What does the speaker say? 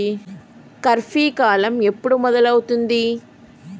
ఖరీఫ్ కాలం ఎప్పుడు మొదలవుతుంది?